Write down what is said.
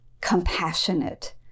compassionate